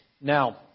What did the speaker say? Now